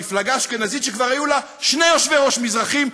המפלגה האשכנזית שכבר היו לה שני יושבי-ראש מזרחיים,